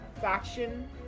faction